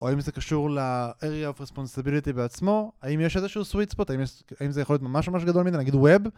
או אם זה קשור ל-area of responsibility בעצמו? האם יש איזשהו sweet spot? האם זה יכול להיות ממש ממש גדול? נגיד וב?